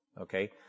Okay